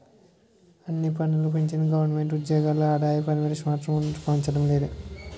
అన్ని పన్నులూ పెంచిన గవరమెంటు ఉజ్జోగుల ఆదాయ పరిమితి మాత్రం పెంచడం లేదు